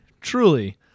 Truly